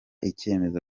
icyemezo